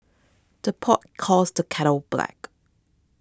the pot calls the kettle black